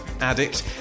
addict